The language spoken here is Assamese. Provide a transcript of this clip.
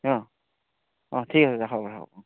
অঁ অঁ ঠিক আছে হ'ব হ'ব অঁ